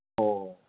ꯑꯣ